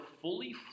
fully